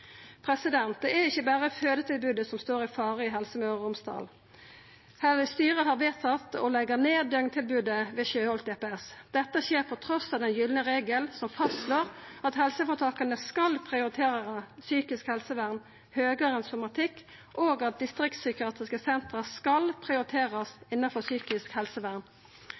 Det er ikkje berre fødetilbodet som står i fare i Helse Møre og Romsdal. Styret har vedtatt å leggja ned døgntilbodet ved DPS Sjøholt. Dette skjer trass i den gylne regelen som fastslår at helseføretaka skal prioritera psykisk helsevern høgare enn somatikk, og at distriktspsykiatriske senter skal prioriterast innanfor psykisk helsevern.